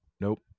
Nope